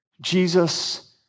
Jesus